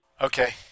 Okay